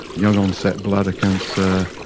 young onset bladder cancer,